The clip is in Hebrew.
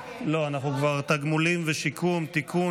(תגמולים ושיקום) (תיקון,